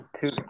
Two